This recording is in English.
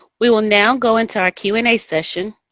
we will now go into our q and a session.